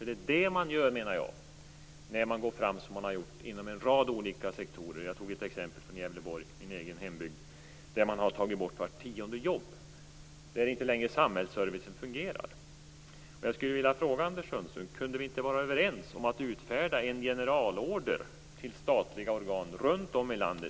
Det är det man gör, menar jag, när man går fram som man har gjort inom en rad olika sektorer. Jag tog upp ett exempel från Gävleborg, min egen hembygd, där man har tagit bort vart tionde jobb. Där fungerar inte längre samhällsservicen. Jag skulle vilja fråga Anders Sundström: Kunde vi inte vara överens om att utfärda en generalorder till statliga organ runt om i landet?